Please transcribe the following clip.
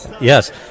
Yes